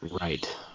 Right